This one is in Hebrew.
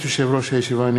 ברשות יושב-ראש הישיבה,